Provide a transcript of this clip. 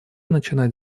начинать